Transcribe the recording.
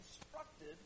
instructed